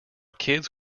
kids